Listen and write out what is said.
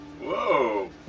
Whoa